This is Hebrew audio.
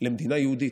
למדינה יהודית,